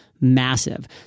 Massive